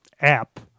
app